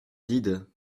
vide